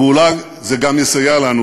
ואולי זה גם יסייע לנו